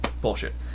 Bullshit